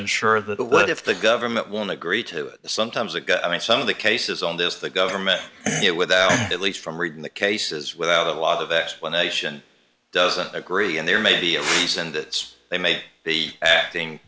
ensure that what if the government won't agree to it sometimes ago i mean some of the cases on this the government it without at least from reading the cases without a lot of explanation doesn't agree and there may be a reason that they may be acting